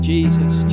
Jesus